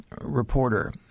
reporter